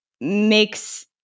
makes